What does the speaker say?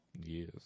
Yes